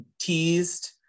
teased